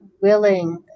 willing